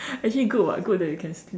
actually good [what] good that you can sleep